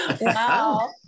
Wow